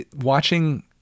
Watching